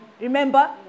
remember